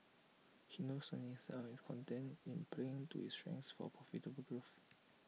he knows Sony inside out and is content in playing to his strengths for profitable growth